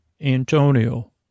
Antonio